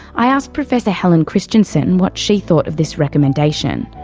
i asked professor helen christensen what she thought of this recommendation.